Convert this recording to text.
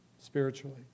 spiritually